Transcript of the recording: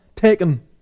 taken